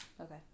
Okay